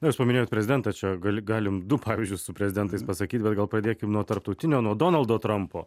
na jūs paminėjot prezidentą čia gali galim du pavyzdžius su prezidentais pasakyt bet gal pradėkim nuo tarptautinio nuo donaldo trampo